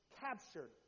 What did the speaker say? captured